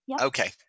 Okay